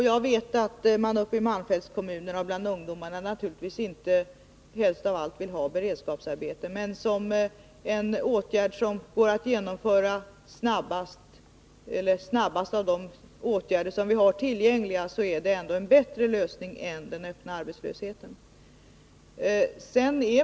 Jag vet att ungdomarna uppe i malmfältskommunerna naturligtvis inte helst av allt vill ha beredskapsarbete, men som en åtgärd av dem vi har tillgängliga som går att genomföra snabbast är beredskapsarbetena ändå en bättre lösning än den öppna arbetslösheten.